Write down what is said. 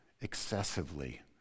excessively